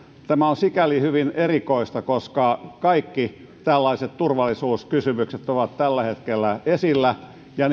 tämä on sikäli hyvin erikoista että kaikki tällaiset turvallisuuskysymykset ovat tällä hetkellä esillä ja